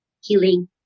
healing